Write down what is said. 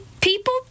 people